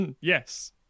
Yes